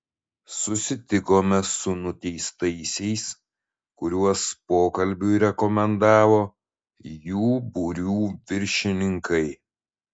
susitikome su nuteistaisiais kuriuos pokalbiui rekomendavo jų būrių viršininkai